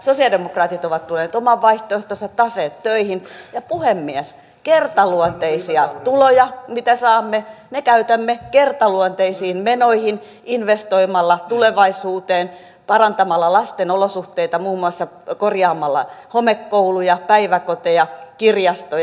sosialidemokraatit ovat tuoneet oman vaihtoehtonsa taseet töihin ja puhemies kertaluonteisia tuloja mitä saamme käytämme kertaluonteisiin menoihin investoimalla tulevaisuuteen parantamalla lasten olosuhteita muun muassa korjaamalla homekouluja päiväkoteja kirjastoja